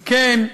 אם כן,